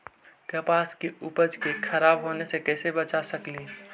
कपास के उपज के खराब होने से कैसे बचा सकेली?